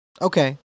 Okay